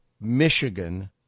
Michigan